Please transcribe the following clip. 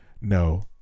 No